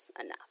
enough